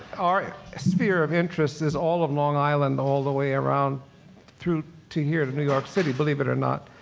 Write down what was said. our sphere of interest is all of long island all the way around through to here, to new york city believe it or not.